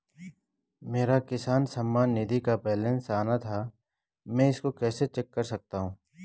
मेरा किसान सम्मान निधि का बैलेंस आना था मैं इसको कैसे चेक कर सकता हूँ?